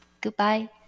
Goodbye